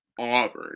Auburn